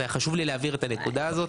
היה חשוב לי להבהיר את הנקודה הזאת.